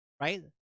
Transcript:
right